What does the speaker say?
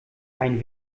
ein